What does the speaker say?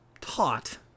taught